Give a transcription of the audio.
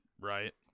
Right